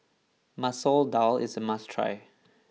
Masoor Dal is a must try